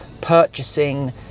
purchasing